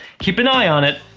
keep and eye on it!